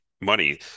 money